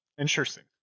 Interesting